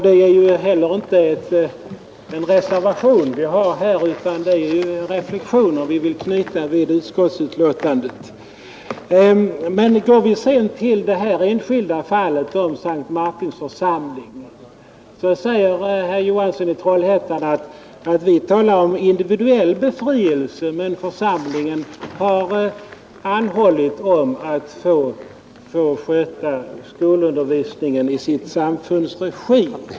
Det är heller inte någon reservation som föreligger, utan vi har velat knyta några reflexioner till utskottsbetänkandet. Går vi sedan till det enskilda fallet om S:t Martins församling, säger herr Johansson i Trollhättan att det talas om individuell befrielse från undervisning i religionskunskap men att församlingen har anhållit om att få sköta skolundervisningen i samfundets regi.